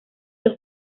los